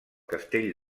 castell